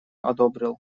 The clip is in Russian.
одобрил